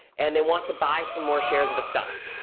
and they want to buy some more shares of a stock.